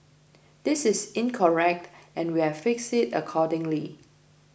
this is incorrect and we've fixed it accordingly